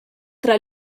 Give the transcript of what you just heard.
tra